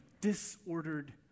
disordered